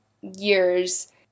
years